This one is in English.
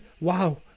wow